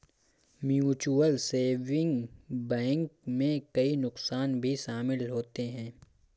mutual saving bank में कई नुकसान भी शमिल होते है